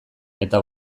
eta